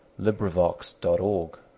LibriVox.org